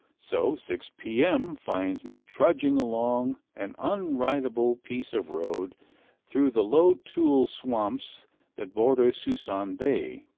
so six p m. finds me trudging along an unridable piece of road through the low tuile swamps that border suisun bay.